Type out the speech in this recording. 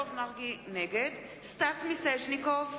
נגד סטס מיסז'ניקוב,